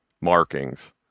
markings